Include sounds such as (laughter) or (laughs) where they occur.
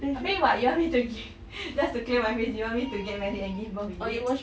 then what you want me to giv~ (laughs) just to clear my face you want me to get married and give birth is it